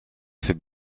cette